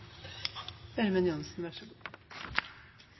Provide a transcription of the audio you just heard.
Ørmen Johnsen